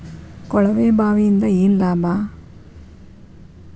ಕೊಳವೆ ಬಾವಿಯಿಂದ ಏನ್ ಲಾಭಾ?